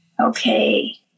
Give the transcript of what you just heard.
Okay